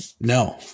No